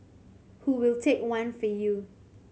who will take one for you